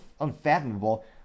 unfathomable